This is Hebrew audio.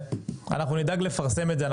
אנחנו נדאג לפרסם את זה.